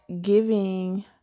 giving